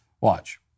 Watch